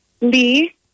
Lee